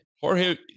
Jorge